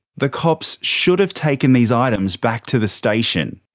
the cops should have taken these items back to the station.